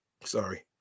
sorry